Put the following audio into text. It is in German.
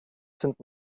sind